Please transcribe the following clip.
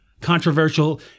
Controversial